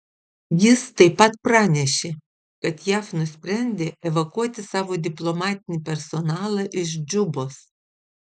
jis taip pat pranešė kad jav nusprendė evakuoti savo diplomatinį personalą iš džubos